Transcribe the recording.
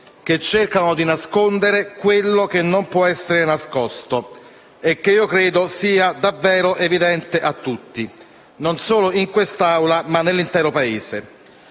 che cercano di nascondere quello che non può essere nascosto, e che io credo sia davvero evidente a tutti, non solo in quest'Aula ma nell'intero Paese.